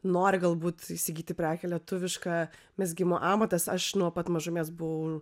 nori galbūt įsigyti prekę lietuvišką mezgimo amatas aš nuo pat mažumės buvau